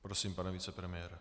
Prosím, pane vicepremiére.